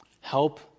Help